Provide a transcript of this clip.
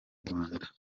rwanda